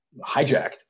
hijacked